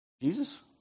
Jesus